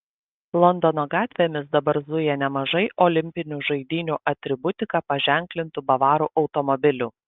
londono gatvėmis dabar zuja nemažai olimpinių žaidynių atributika paženklintų bavarų automobilių